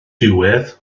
diwedd